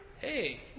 hey